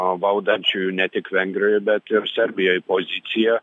valdančiųjų ne tik vengrijoj bet ir serbijoj poziciją